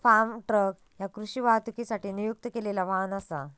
form truck ह्या कृषी वाहतुकीसाठी नियुक्त केलेला वाहन असा